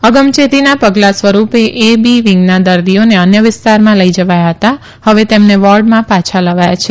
અગમયેતીનાં પગલાં સ્વરૂપે A B વિંગના દર્દીઓને અન્ય વિસ્તારમાં લઇ જવાયા હતા હવે તેમને વોર્ડમાં પાછા લવાયા છે